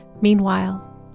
Meanwhile